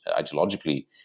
ideologically